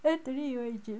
then today you went to gym